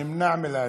אני נמנע מלהשיב.